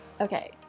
Okay